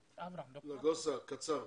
נגוסה, בבקשה.